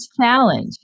challenge